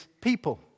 people